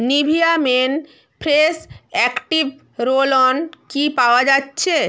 Nivea men fresh active roll on কি পাওয়া যাচ্ছে